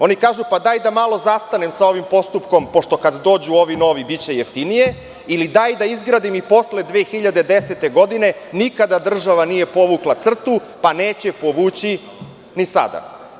Oni kažu, hajde da malo zastanemo sa ovim postupkom pošto kada dođu ovi novi biće jeftinije ili daj da izgradim i posle 2010. godine nikada nije država povukla crtu, pa neće povući ni sada.